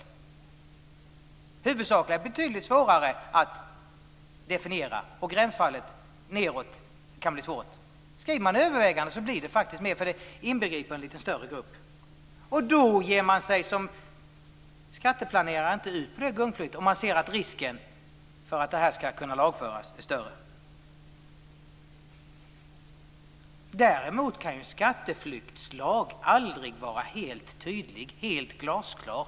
Vad som är huvudsakliga skäl är betydligt svårare att definiera, och det kan bli svårigheter med gränsfall nedåt. Skriver man i stället övervägande skäl blir det enklare, för det inbegriper en litet större grupp. Som skatteplanerare ger man sig inte ute på ett sådant gungfly, om man vet att risken för att det kan lagföras är större. Däremot kan ju aldrig en skatteflyktslag vara helt tydlig och glasklar.